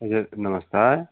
हजुर नमस्कार